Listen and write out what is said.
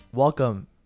Welcome